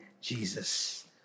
Jesus